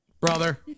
Brother